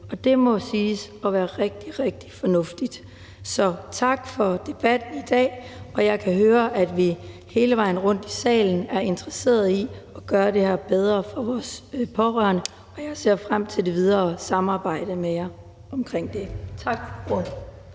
og det må siges at være rigtig, rigtig fornuftigt. Så tak for debatten i dag. Jeg kan høre, at vi hele vejen rundt i salen er interesseret i at gøre det bedre for vores pårørende, og jeg ser frem til det videre samarbejde med jer omkring det. Tak for ordet.